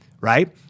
right